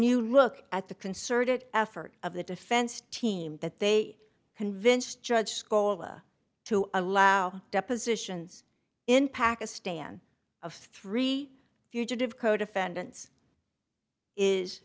you look at the concerted effort of the defense team that they convinced judge scola to allow depositions in pakistan of three